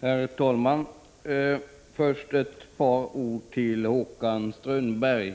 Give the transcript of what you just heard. Herr talman! Först ett par ord till Håkan Strömberg